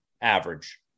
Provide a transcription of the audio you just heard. average